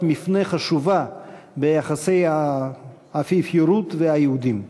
מפנה חשובה ביחסי האפיפיורות והיהודים.